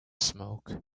smoke